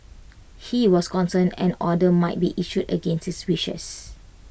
he was concerned an order might be issued against his wishes